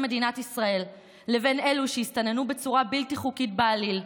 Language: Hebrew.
מדינת ישראל לבין אלו שהסתננו בצורה בלתי חוקית בעליל,